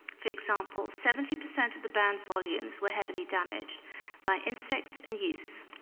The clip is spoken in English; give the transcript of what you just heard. for example, seventy percent of the bound volumes were heavily damaged by insects and use.